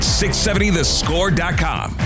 670thescore.com